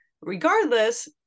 Regardless